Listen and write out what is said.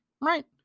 Right